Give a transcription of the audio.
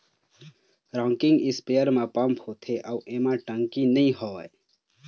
rocking spare म pump होथे अउ एमा टंकी नइ होवय